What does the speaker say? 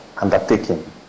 undertaking